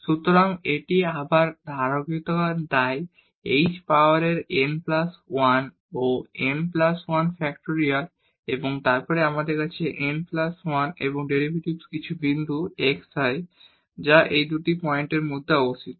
সুতরাং এটি আবার একটি ধারাবাহিকতা তাই h পাওয়ার n প্লাস 1 ও n প্লাস 1 ফ্যাক্টরিয়াল এবং তারপরে আমাদের কাছে n প্লাস 1 এবং ডেরিভেটিভ কিছু বিন্দু xi যা এই দুটি পয়েন্টের মধ্যে অবস্থিত